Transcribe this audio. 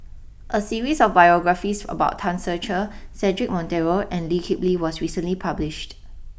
a series of biographies about Tan Ser Cher Cedric Monteiro and Lee Kip Lee was recently published